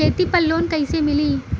खेती पर लोन कईसे मिली?